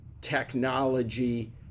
technology